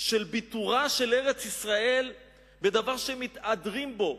של ביתורה של ארץ-ישראל בדבר שמתהדרים בו,